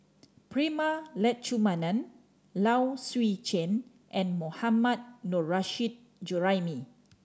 Prema Letchumanan Low Swee Chen and Mohammad Nurrasyid Juraimi